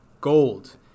gold